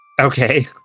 Okay